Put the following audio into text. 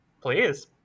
please